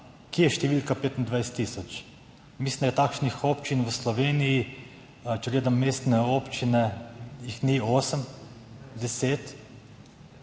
od kod številka 25 tisoč. Mislim, da je takšnih občin v Sloveniji, če gledam mestne občine – jih ni osem? /